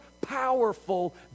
powerful